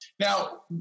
Now